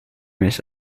mich